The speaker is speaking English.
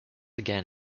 again